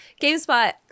GameSpot